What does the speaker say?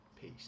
peace